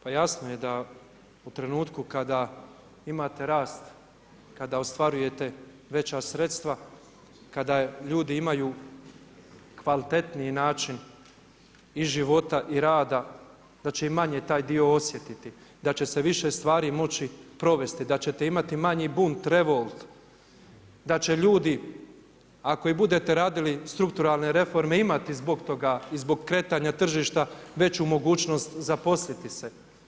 Pa jasno je da u trenutku kada imate rast, kada ostvarujete veća sredstva, kada ljudi imaju kvalitetniji način i života, i rada da će i manje taj dio osjetiti, da će se više stvari moći provesti, da ćete imati manji bunt, revolt, da će ljudi ako i budete radili strukturalne reforme imati zbog toga i zbog kretanja tržišta veću mogućnost zaposliti se.